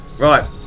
Right